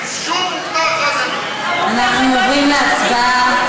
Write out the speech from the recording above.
שום, רשמי, אנחנו עוברים להצבעה.